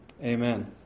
Amen